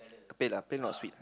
pale lah pale not sweet